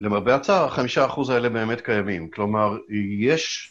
למרבה הצער, החמישה אחוז האלה באמת קיימים, כלומר, יש...